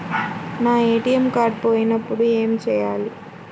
నా ATM card పోయినప్పుడు ఏమి చేయాలి?